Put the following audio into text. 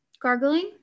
gargling